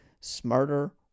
smarter